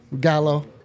Gallo